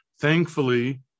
Thankfully